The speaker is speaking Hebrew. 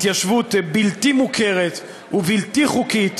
התיישבות בלתי מוכרת ובלתי חוקית,